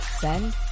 Send